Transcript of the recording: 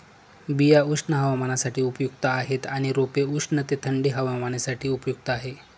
बिया उष्ण हवामानासाठी उपयुक्त आहेत आणि रोपे उष्ण ते थंडी हवामानासाठी उपयुक्त आहेत